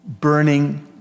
burning